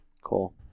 Cool